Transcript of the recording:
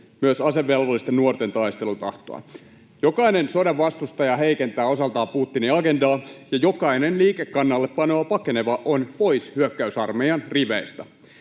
myös asevelvollisten nuorten, taistelutahtoa. Jokainen sodan vastustaja heikentää osaltaan Putinin agendaa, ja jokainen liikekannallepanoa pakeneva on pois hyökkäysarmeijan riveistä.